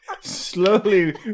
Slowly